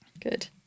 good